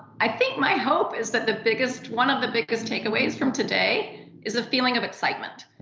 i think my hope is that the biggest, one of the biggest takeaways from today is the feeling of excitement.